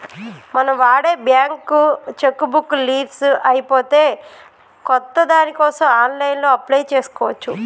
మనం వాడే bank cheque book leafs అయిపోతే కొత్త దానికోసం ఆన్లైన్లో అప్లై చేసుకోవచ్చు